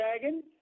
dragon